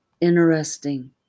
interesting